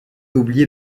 oublié